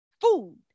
food